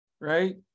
right